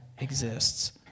exists